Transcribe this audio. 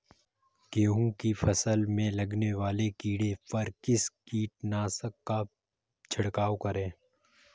गेहूँ की फसल में लगने वाले कीड़े पर किस कीटनाशक का छिड़काव करें?